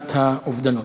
אובדנות,